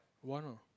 one